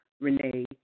Renee